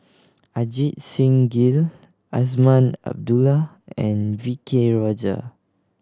Ajit Singh Gill Azman Abdullah and V K Rajah